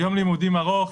יום לימודים ארוך,